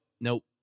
nope